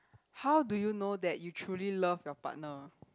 how do you know that you truly love your partner